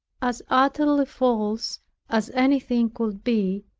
as utterly false as anything could be,